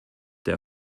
der